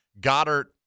Goddard